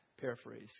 Paraphrase